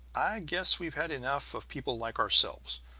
i guess we've had enough of people like ourselves.